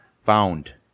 Found